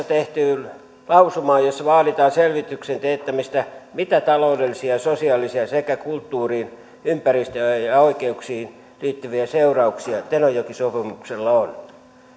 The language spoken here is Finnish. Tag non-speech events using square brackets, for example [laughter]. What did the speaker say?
[unintelligible] tehtyyn lausumaan jossa vaaditaan selvityksen teettämistä siitä mitä taloudellisia ja sosiaalisia sekä kulttuuriin ympäristöön ja oikeuksiin liittyviä seurauksia tenojoki sopimuksella on